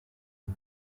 mon